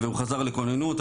והוא חזר לכוננות.